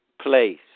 place